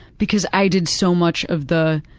because i did so much of the